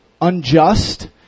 unjust